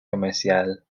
commerciales